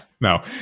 No